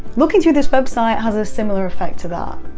looking through this website has a similar effect to that,